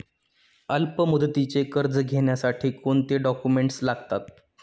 अल्पमुदतीचे कर्ज घेण्यासाठी कोणते डॉक्युमेंट्स लागतात?